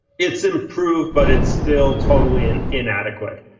it's improved. but it's still totally and inadequate.